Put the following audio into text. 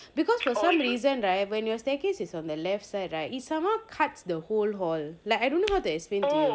because for some reason right when your staircase is on the left side right if somehow cuts the whole hall like I don't know how to explain to you